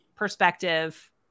Perspective